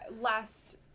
last